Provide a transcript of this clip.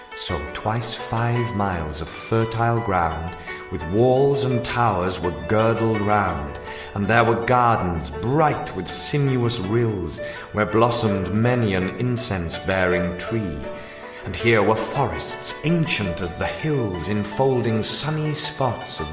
so twice five miles of fertile ground with walls and towers were girdled round and there were gardens bright with sinuous rills where blossomed many an incense-bearing tree and here were forests ancient as the hills enfolding sunny spots